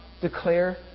declare